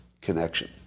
connection